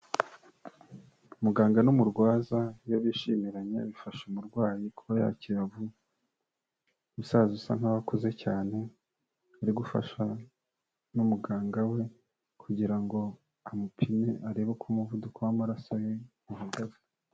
Muganga n'umurwaza iyo bishiranye bifasha umurwayi kuba yakira vuba, umusaza usa nkaho akuze cyane ari gufashwa n'umuganga we kugira ngo amupime arebe uko umuvuduko w'amaraso ye uhagaze.